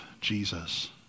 Jesus